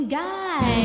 guy